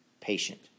patient